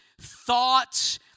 thoughts